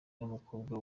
n’umukobwa